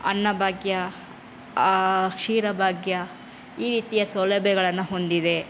ಅನ್ನ ಭಾಗ್ಯ ಕ್ಷೀರ ಭಾಗ್ಯ ಈ ರೀತಿಯ ಸೌಲಭ್ಯಗಳನ್ನು ಹೊಂದಿದೆ